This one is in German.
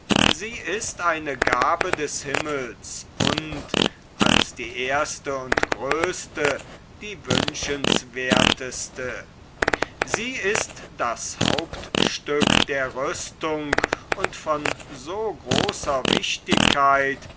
sie ist eine gabe des himmels und als die erste und größte die wünschenswerteste sie ist das hauptstück der rüstung und von so großer wichtigkeit